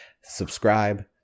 subscribe